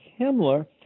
Himmler